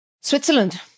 Switzerland